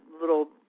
little